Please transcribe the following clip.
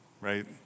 right